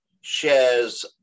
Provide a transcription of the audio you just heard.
shares